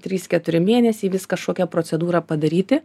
trys keturi mėnesiai vis kašokią procedūrą padaryti